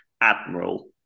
Admiral